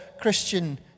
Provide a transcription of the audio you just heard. Christian